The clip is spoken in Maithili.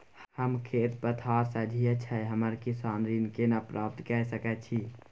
हमर खेत पथार सझिया छै हम किसान ऋण केना प्राप्त के सकै छी?